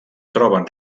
troben